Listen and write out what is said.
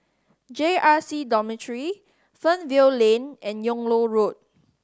J R C Dormitory Fernvale Lane and Yung Loh Road